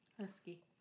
husky